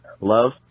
love